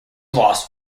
loss